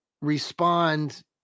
respond